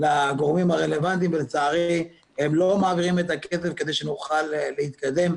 לגורמים הרלוונטיים ולצערי הם לא מעבירים את הכסף כדי שנוכל להתקדם.